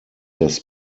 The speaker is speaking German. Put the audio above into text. das